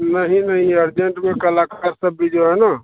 नहीं नहीं अर्जेन्ट में कल भी जो है ना